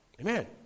Amen